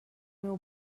meu